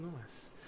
nice